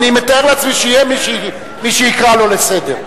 אני מתאר לעצמי שיהיה מי שיקרא אותו לסדר.